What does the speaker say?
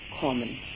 common